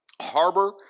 Harbor